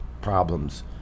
problems